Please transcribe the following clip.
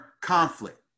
conflict